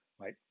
right